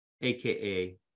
AKA